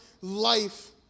life